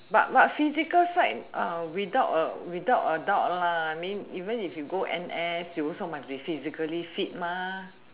but what physical strength without a without a doubt may even if you go N_S you also must be physically fit